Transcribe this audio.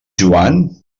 joan